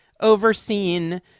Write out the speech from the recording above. overseen